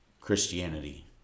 Christianity